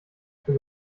für